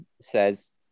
says